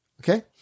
okay